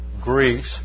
Greece